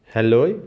hello